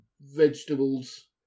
vegetables